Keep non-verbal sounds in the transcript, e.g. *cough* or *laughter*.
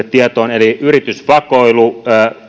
*unintelligible* tietoon eli yritysvakoilua